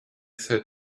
said